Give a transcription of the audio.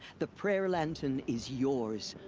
the prayer lantern is yours.